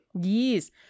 Yes